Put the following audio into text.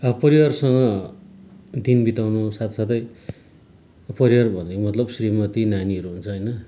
अब परिवारसँग दिन बिताउनु साथसाथै परिवार भनेको मतलब श्रीमती नानीहरू हुन्छ होइन